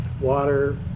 water